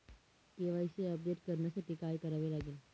KYC update करण्यासाठी काय करावे लागेल?